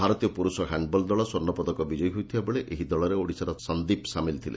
ଭାରତୀୟ ପୁରୁଷ ହ୍ୟାଣ୍ଡ୍ବଲ୍ ଦଳ ସ୍ୱର୍ଷପଦକ ବିଜୟୀ ହୋଇଥିବା ବେଳେ ଏହି ଦଳରେ ଓଡ଼ିଶାର ସନ୍ଦୀପ ସାମିଲ ଥିଲେ